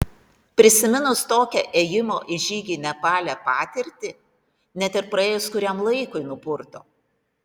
prisiminus tokią ėjimo į žygį nepale patirtį net ir praėjus kuriam laikui nupurto